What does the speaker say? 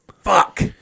Fuck